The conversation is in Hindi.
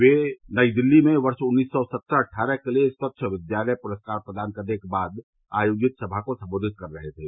वे कल नई दिल्ली में वर्ष उन्नीस सौ सत्रह अट्ठारह के लिए स्वच्छ विद्यालय पुरस्कार प्रदान करने के बाद आयोजित सभा को संबोधित कर रहे थे